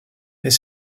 est